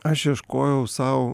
aš ieškojau sau